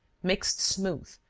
mixed smooth,